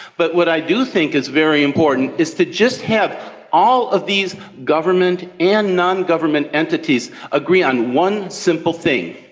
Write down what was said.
but what i do think is very important is to just have all of these government and non-government entities agree on one simple thing.